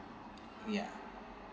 ya